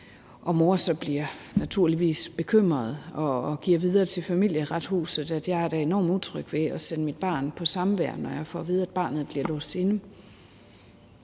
moren naturligvis bekymret og giver videre til Familieretshuset, at hun er enormt utryg ved at sende sit barn på samvær, når hun får at vide, at barnet bliver låst inde.